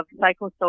psychosocial